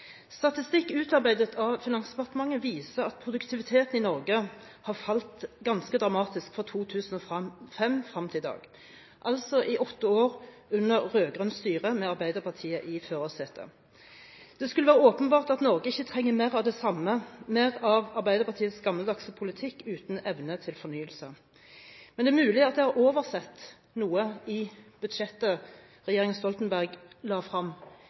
Statistikk utarbeidet av Finansdepartementet viser at produktiviteten i Norge har falt ganske dramatisk fra 2005 til i dag – altså i løpet av åtte år med rød-grønt styre, med Arbeiderpartiet i førersetet. Det skulle være åpenbart at Norge ikke trenger mer av det samme – mer av Arbeiderpartiets gammeldagse politikk, uten evne til fornyelse. Men det er mulig at jeg har oversett noe i budsjettet regjeringen Stoltenberg la